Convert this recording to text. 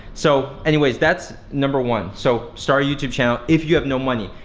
so anyways that's number one. so start a youtube channel if you have no money.